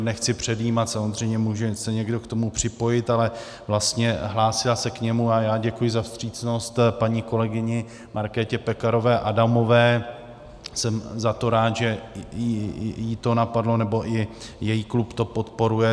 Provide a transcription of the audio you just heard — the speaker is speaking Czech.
Nechci předjímat, samozřejmě může se někdo k tomu připojit, ale vlastně hlásila se k němu, a já děkuji za vstřícnost paní kolegyni Markétě Pekarové Adamové, jsem za to rád, že i ji to napadlo a její klub to podporuje.